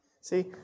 See